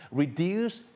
reduce